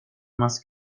más